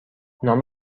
نام